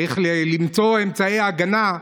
וצריך למצוא אמצעי הגנה.